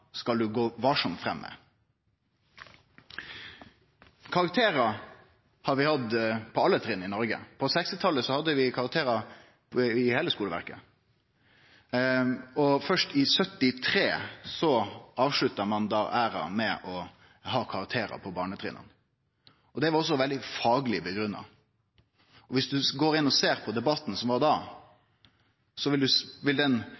skal ein gå varsamt fram med. Karakterar har vi hatt på alle trinn i Noreg. På 1960-talet hadde vi karakterar i heile skuleverket, og først i 1973 avslutta ein æraen med karakterar på barnetrinna. Det var også veldig fagleg grunngitt. Viss ein går inn og ser på debatten som var da,